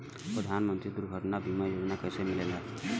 प्रधानमंत्री दुर्घटना बीमा योजना कैसे मिलेला?